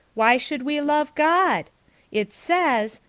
why should we love god it says,